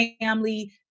family